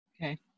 Okay